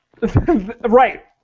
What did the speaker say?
Right